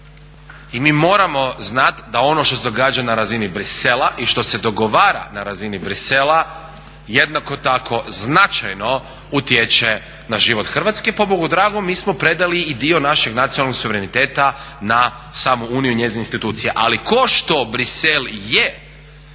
I mi moramo znati da ono što se događa na razini Bruxellesa i što se dogovara na razini Bruxellesa jednako tako značajno utječe na život Hrvatske. Pobogu dragom mi smo predali i dio našeg nacionalnog suvereniteta na samu Uniju i njezine institucije. Ali kao što Bruxelles